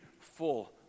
full